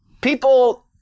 People